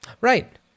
Right